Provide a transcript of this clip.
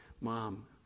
mom